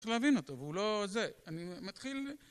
צריך להבין אותו, והוא לא זה. אני מתחיל...